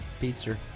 Pizza